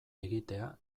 egitea